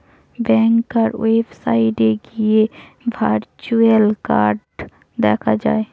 ব্যাংকার ওয়েবসাইটে গিয়ে virtual card দেখা যায়